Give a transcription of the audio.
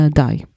die